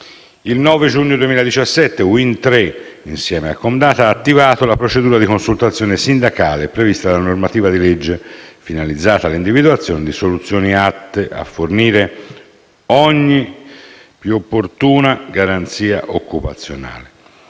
Il 9 giugno 2017 Wind Tre, insieme a Comdata, ha attivato la procedura di consultazione sindacale prevista dalla normativa di legge finalizzata all'individuazione di soluzioni atte a fornire ogni più opportuna garanzia occupazionale.